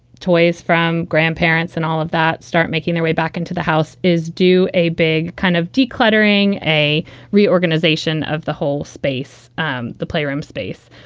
toys from grandparents and all of that start making their way back into the house is do a big kind of de-cluttering, a reorganization of the whole space, um the playroom space.